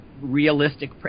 realistic –